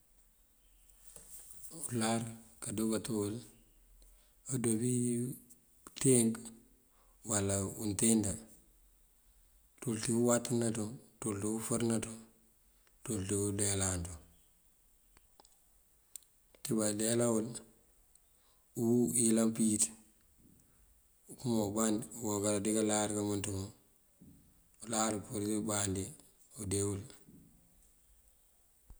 Uláar kando kato wël kando bí pënţënk uwala untende. Ţul ţí uwatënan ţun, ţul ţí ufërëna ţun, ţul ţí undeelan ţun. Ţí bandeela wul, ngúu ayëlan pëwíţ okëëm oband ungonkar ţí kaláar kamënţandanan kun. Uláar upurir pëmbandí udee wul.